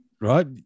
right